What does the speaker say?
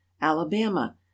Alabama